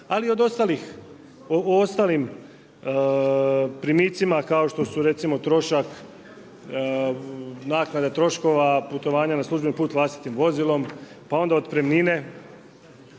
ali i o ostalim primitcima kao što su recimo trošak naknada troškova, putovanja na službeni put vlastitim vozilom, pa onda otpremnine.